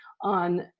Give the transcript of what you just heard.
on